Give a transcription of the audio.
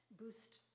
boost